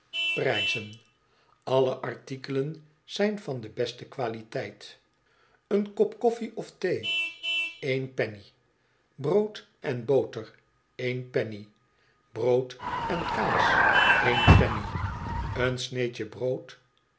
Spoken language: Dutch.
prijzen alle artikelen zijn van de beste qualiteit een kop koffie of thee eén penny stuiver brood en boter eén penny brood en kaas eén penny een sneed je brood